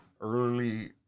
Early